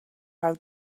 how